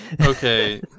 Okay